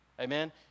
Amen